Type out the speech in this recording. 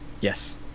Yes